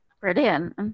Brilliant